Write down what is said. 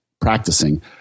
practicing